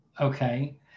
Okay